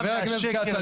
חבר הכנסת כץ,